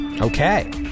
Okay